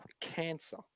cancer